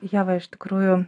ieva iš tikrųjų